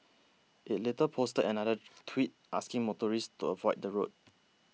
it later posted another tweet asking motorists to avoid the road